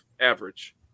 average